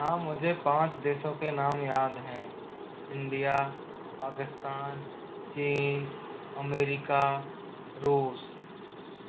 हाँ मुझे पांच देशों के नाम याद हैं इंडिया पाकिस्तान चीन अमेरिका रूस